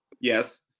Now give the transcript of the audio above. Yes